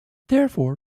therefore